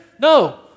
No